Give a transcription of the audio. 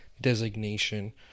designation